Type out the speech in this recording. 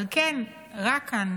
אבל כן, רע כאן